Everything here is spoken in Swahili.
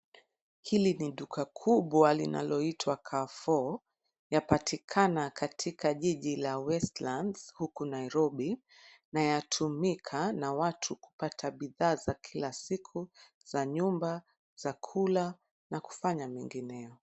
Hili ni duka kubwa linaloitwa Carrefour. Lapatikana katika jiji la wetlands huku Nairobi na yatumika na watu kupata bidhaa za kila siku za nyumba, za kula na kufanya mengineyo.